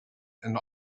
and